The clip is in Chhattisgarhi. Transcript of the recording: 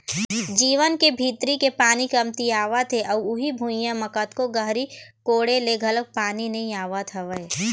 जमीन के भीतरी के पानी कमतियावत हे अउ उही भुइयां म कतको गहरी कोड़े ले घलोक पानी नइ आवत हवय